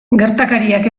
gertakariak